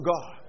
God